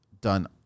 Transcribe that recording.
done